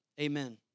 Amen